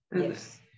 Yes